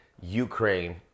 Ukraine